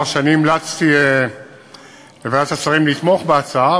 שאני המלצתי לוועדת השרים לתמוך בהצעה,